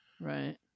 Right